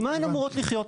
ממה הן אמורות לחיות?